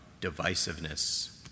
divisiveness